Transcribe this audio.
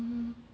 mm